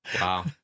Wow